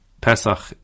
Pesach